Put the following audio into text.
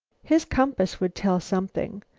his compass would tell something.